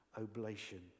oblation